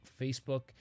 Facebook